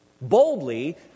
Boldly